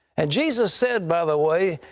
and jesus said, by the way,